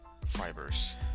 Fibers